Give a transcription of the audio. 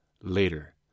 Later